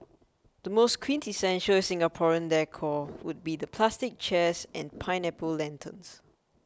the most quintessential Singaporean decor would be the plastic chairs and pineapple lanterns